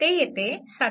ते येते 7